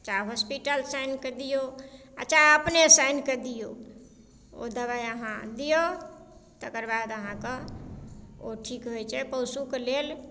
चाहे हॉस्पिटलसँ आनिकऽ दियौ आओर चाहे अपनेसँ आनिकऽ दियौ ओ दबाइ अहाँ दियौ तकर बाद अहाँके ओ ठीक होइ छै पशुके लेल